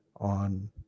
on